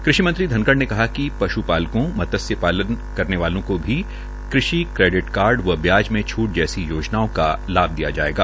कृषि मंत्री धनखड़ ने कहा कि श् ालकों मत्स्य ालन करने वालो को भी कृषि क्रेडिट कार्ड व ब्याज में छूट जैसी योजनाओं का लाभ दिया जायेगा